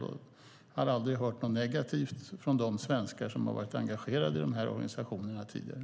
Jag har aldrig hört något negativt från de svenskar som har varit engagerade i de här organisationerna tidigare.